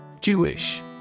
Jewish